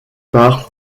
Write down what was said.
par